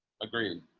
a green